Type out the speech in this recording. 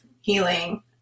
healing